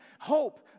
hope